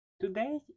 Today